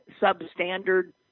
substandard